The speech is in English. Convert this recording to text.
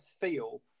feel